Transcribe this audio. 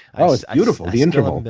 ah it's beautiful, the interval.